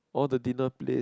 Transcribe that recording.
all the dinner place